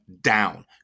down